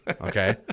okay